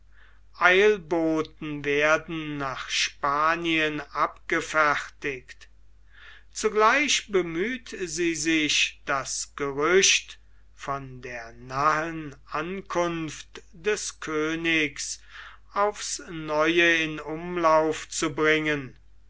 eilboten werden nach spanien abgefertigt zugleich bemüht sie sich das gerücht von der nahen ankunft des königs aufs neue in umlauf zu bringen